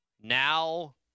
Now